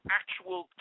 actual